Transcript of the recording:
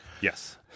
Yes